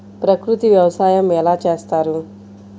ప్రకృతి వ్యవసాయం ఎలా చేస్తారు?